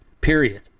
period